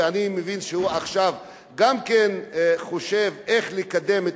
ואני מבין שהוא עכשיו גם כן חושב איך לקדם את